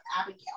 Abigail